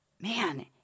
man